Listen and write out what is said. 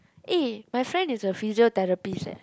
eh my friend is a physiotherapist eh